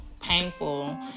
painful